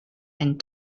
and